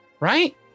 Right